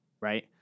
right